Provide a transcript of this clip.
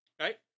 right